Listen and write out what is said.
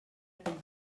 aquell